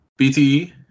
BTE